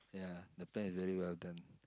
ya the plan is very well done